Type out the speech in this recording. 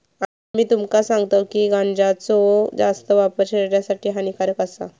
आम्ही तुमका सांगतव की गांजाचो जास्त वापर शरीरासाठी हानिकारक आसा